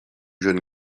jeune